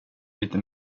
lite